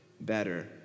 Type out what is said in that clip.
better